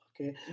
okay